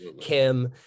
Kim